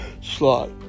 slot